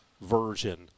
version